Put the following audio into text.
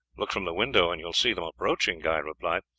look from the window and you will see them approaching, guy replied,